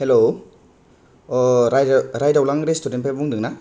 हेल' राइदावलां रेस्टुरेन्ट निफ्राय बुंदोंना